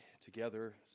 together